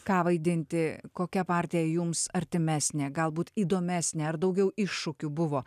ką vaidinti kokia partija jums artimesnė galbūt įdomesnė ar daugiau iššūkių buvo